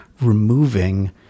removing